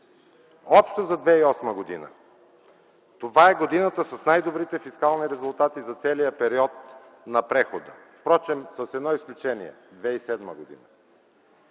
Общо за 2008 г. – годината с най-добрите фискални резултати за целия период от прехода, впрочем, с едно изключение – 2007 г.